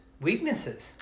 Weaknesses